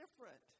different